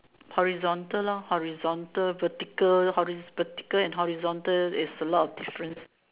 horizontal lah horizontal vertical horizon vertical and horizontal it's a lot of difference